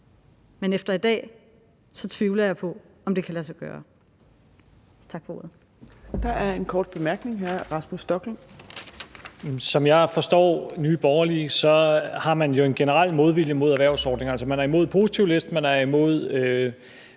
men efter i dag tvivler jeg på, om det kan lade sig gøre.